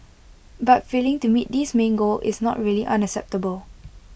but failing to meet this main goal is not really unacceptable